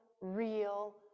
real